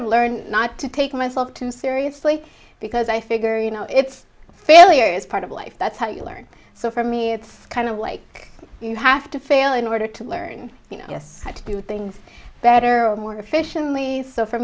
of learned not to take myself too seriously because i figure you know it's failure is part of life that's how you learn so for me it's kind of like you have to fail in order to learn yes to do things better or more efficiently so for